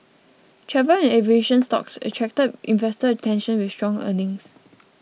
travel and aviation stocks attracted investor attention with strong earnings